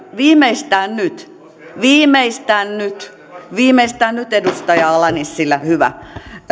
viimeistään nyt viimeistään nyt viimeistään nyt edustaja ala nissilä hyvä